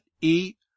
eat